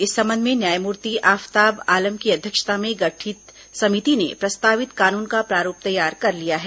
इस संबंध में न्यायमूर्ति आफताब आलम की अध्यक्षता में गठित समिति ने प्रस्तावित कानून का प्रारूप तैयार कर लिया है